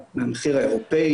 המחשבות הן אחרות,